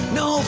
no